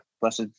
blessed